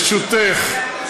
ברשותך,